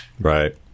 Right